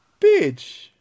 Bitch